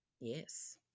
Yes